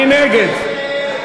מי נגד?